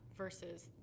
versus